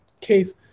case